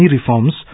reforms